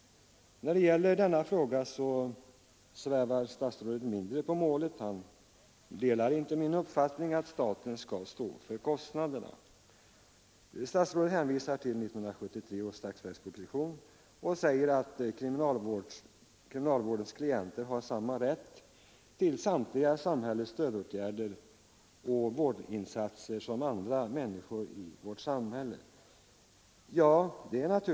När det gäller denna fråga svävar statsrådet mindre på målet. Statsrådet hänvisar till 1973 års statsverksproposition och säger att kriminalvårdens klienter har samma rätt till samtliga samhällets stödåtgärder och vårdinsatser som andra människor i vårt samhälle.